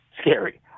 scary